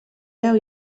veu